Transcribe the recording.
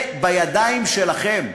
זה בידיים שלכם.